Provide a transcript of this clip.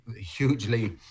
hugely